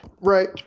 Right